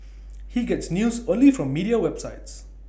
he gets news only from media websites